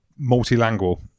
multilingual